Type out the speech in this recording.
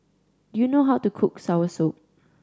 you know how to cook soursop